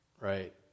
right